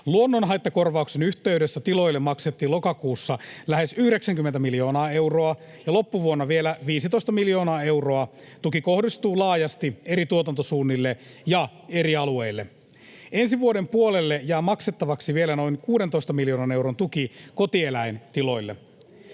Luonnonhaittakorvauksen yhteydessä tiloille maksettiin lokakuussa lähes 90 miljoonaa euroa ja loppuvuonna vielä 15 miljoonaa euroa. Tuki kohdistuu laajasti eri tuotantosuunnille ja eri alueille. Ensi vuoden puolelle jää maksettavaksi vielä noin 16 miljoonan euron tuki kotieläintiloille.